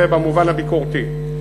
זה במובן הביקורתי.